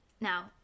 now